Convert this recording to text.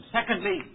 Secondly